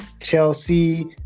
Chelsea